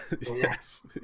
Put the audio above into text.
Yes